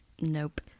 Nope